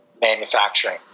manufacturing